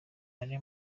ari